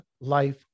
life